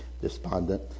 despondent